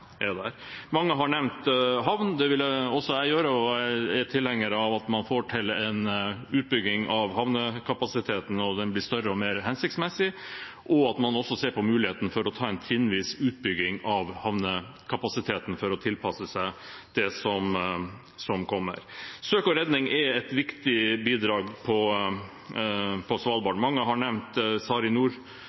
er der. Mange har nevnt havn. Det vil også jeg gjøre. Jeg er tilhenger av at man får til en utbygging av havnekapasiteten, at den blir større og mer hensiktsmessig, og at man også ser på muligheten for å ta en trinnvis utbygging av havnekapasiteten for å tilpasse seg det som kommer. Søk og redning er et viktig bidrag på Svalbard. Mange har nevnt